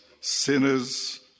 sinners